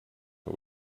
who